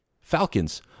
Falcons